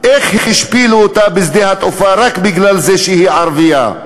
איך השפילו אותה בשדה התעופה רק מפני שהיא ערבייה.